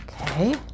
okay